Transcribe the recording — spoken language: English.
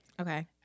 Okay